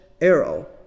arrow